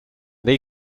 they